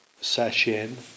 Session